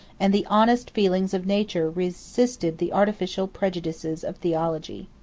and the honest feelings of nature resisted the artificial prejudices of theology.